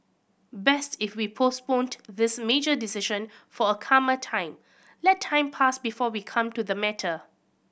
best if we postponed this major decision for a calmer time let time pass before we come to the matter